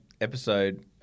episode